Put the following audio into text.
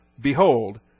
Behold